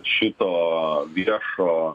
šito viešo